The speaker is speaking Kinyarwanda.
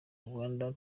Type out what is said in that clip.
rwanda